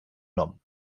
nom